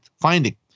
finding